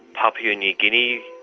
papua new guinea.